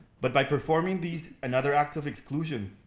but by performing these, another act of exclusion,